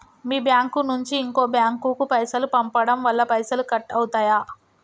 మీ bank నుంచి ఇంకో bank కు పైసలు పంపడం వల్ల పైసలు కట్ అవుతయా?